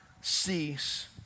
cease